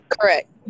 Correct